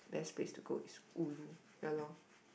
best place to go is ulu yeah lor